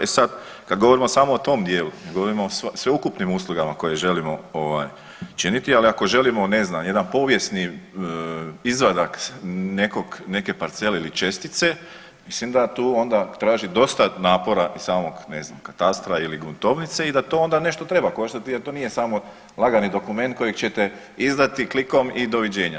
E sad kad govorimo samo o tom dijelu, ne govorimo o sveukupnim uslugama koje želimo činiti, ali ako želimo ne znam jedan povijesni izvadak neke parcele ili čestice, mislim da tu onda traži dosta napora i samog ne znam katastra ili gruntovnice i da to onda nešto treba koštati i da to nije samo lagani dokument kojeg ćete izdati klikom i doviđenja.